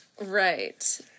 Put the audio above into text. Right